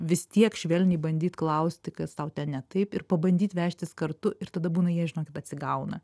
vis tiek švelniai bandyt klausti kas tau ten ne taip ir pabandyt vežtis kartu ir tada būna jie žinokit atsigauna